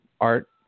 art